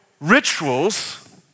rituals